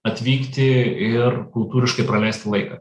atvykti ir kultūriškai praleisti laiką